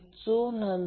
तर Z शोधल्यास